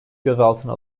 gözaltına